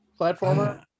Platformer